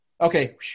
Okay